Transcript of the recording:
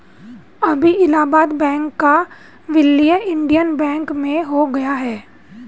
अभी इलाहाबाद बैंक का विलय इंडियन बैंक में हो गया है